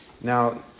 Now